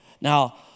Now